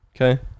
Okay